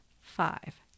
five